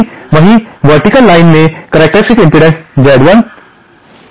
जबकि vertical lines में characteristics impedance Z1 Z1 और Z2 थी